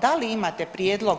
Da li imate prijedlog